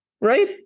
right